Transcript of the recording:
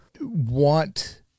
want